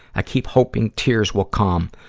i keep hoping tears will come,